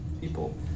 people